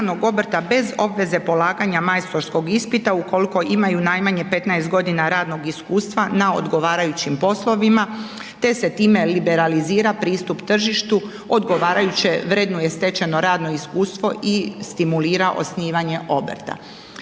bez obveze polaganja majstorskog ispita ukoliko imaju najmanje 15 godina radnog iskustva na odgovarajućim poslovima te se time liberalizira pristup tržištu, odgovarajuće vrednuje stečeno radno iskustvo i stimulira osnivanje obrta.